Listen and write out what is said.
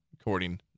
according